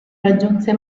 raggiunse